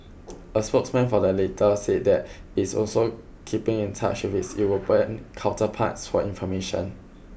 a spokesman for the latter said that it is also keeping in touch with European counterparts for information